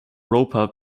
roper